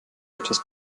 etwas